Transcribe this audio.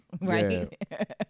Right